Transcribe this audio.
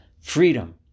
freedom